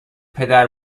پدر